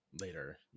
Later